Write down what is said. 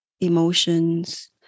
emotions